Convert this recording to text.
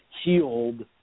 healed